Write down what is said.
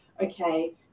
Okay